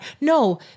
No